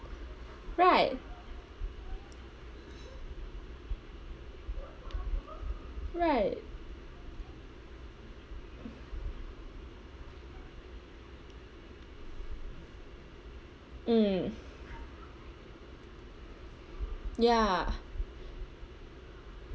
right right mm ya